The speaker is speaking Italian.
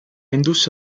indusse